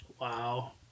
Wow